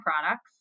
products